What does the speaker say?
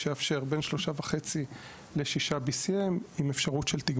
אתה בכלל מערער על האפשרות.